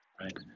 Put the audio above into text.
right